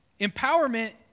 empowerment